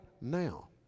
now